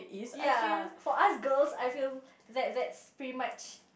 ya for us girls I feel that that's pretty much